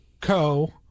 Co